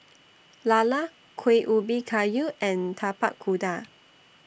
Lala Kueh Ubi Kayu and Tapak Kuda